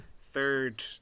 third